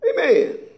Amen